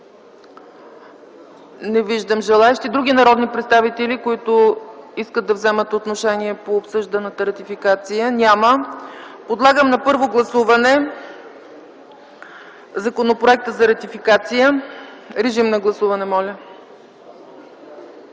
Не виждам желаещи. Други народни представители, които искат да вземат отношение по обсъжданата ратификация? Няма. Подлагам на първо гласуване Законопроекта за ратификация. Гласували